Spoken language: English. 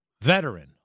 veteran